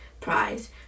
Prize